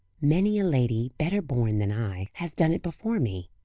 many a lady, better born than i, has done it before me.